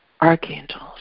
archangels